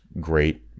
great